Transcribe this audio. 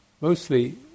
mostly